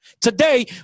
Today